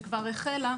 שכבר החלה,